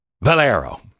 Valero